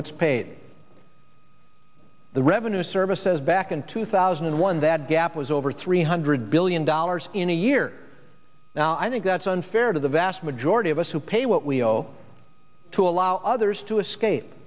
paid the revenue service says back in two thousand and one that gap was over three hundred billion dollars in a year now i think that's unfair to the vast majority of us who pay what we owe to allow others to escape